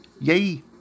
Yay